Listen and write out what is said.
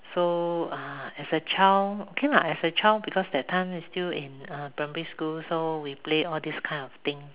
so uh as a child okay lah as a child because that time still in primary school so we play all these kind of thing